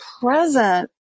present